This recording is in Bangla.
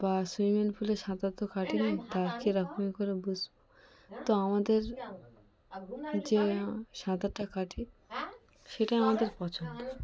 বা সুইমিং পুলে সাঁতার তো কাটিনি তা কীরকম করে বুঝব তো আমাদের যে সাঁতারটা কাটি সেটাই আমাদের পছন্দ